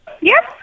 Yes